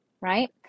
right